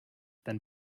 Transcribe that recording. dann